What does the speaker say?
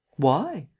why?